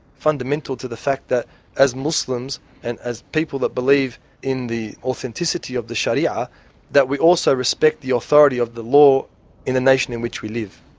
fundamental to the fact that as muslims and as people that believe in the authenticity of the sharia that we also respect the authority of the law in the nation in which we live.